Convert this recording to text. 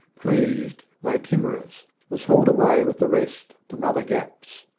pleased though timorous, was hauled away with the rest to mother gapp's.